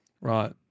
Right